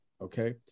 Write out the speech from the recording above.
Okay